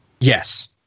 Yes